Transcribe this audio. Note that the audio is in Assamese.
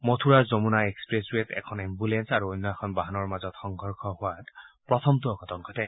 মথুৰাৰ যমুনা এক্সপ্ৰেছৱেত এখন এম্বুলেল আৰু অন্য এখন বাহনৰ মাজত সংঘৰ্ষ হোৱাত প্ৰথমটো অঘটন ঘটে